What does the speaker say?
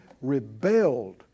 rebelled